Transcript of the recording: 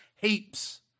Heaps